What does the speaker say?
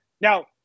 Now